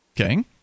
Okay